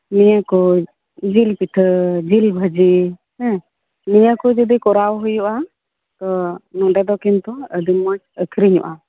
ᱱᱤᱭᱟᱹ ᱠᱚ ᱡᱤᱞ ᱯᱤᱴᱷᱟᱹ ᱡᱤᱞ ᱵᱷᱟᱡᱤ ᱦᱮᱸ ᱱᱤᱭᱟᱹ ᱠᱚ ᱡᱩᱫᱤ ᱠᱚᱨᱟᱣ ᱦᱩᱭᱩᱜᱼᱟ ᱛᱚ ᱱᱚᱰᱮ ᱫᱚ ᱠᱤᱱᱛᱩ ᱟᱹᱰᱤ ᱢᱚᱸᱡᱽ ᱟᱠᱷᱨᱤᱧᱚᱜᱼᱟ